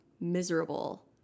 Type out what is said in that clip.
miserable